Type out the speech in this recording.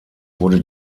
wurde